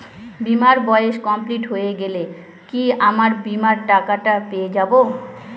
বীমার বয়স কমপ্লিট হয়ে গেলে কি আমার বীমার টাকা টা পেয়ে যাবো?